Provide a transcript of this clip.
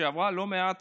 שעברה לא מעט